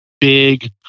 big